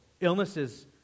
Illnesses